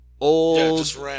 Old